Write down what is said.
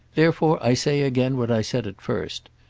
therefore i say again what i said at first.